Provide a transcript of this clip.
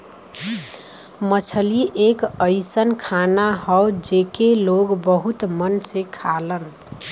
मछरी एक अइसन खाना हौ जेके लोग बहुत मन से खालन